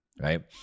right